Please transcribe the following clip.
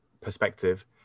perspective